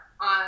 on